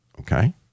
okay